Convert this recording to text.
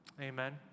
Amen